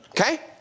Okay